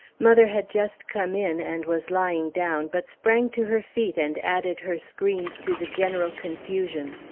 mother had just come in, and was lying down, but sprang to her feet and added her screams to the general confusion.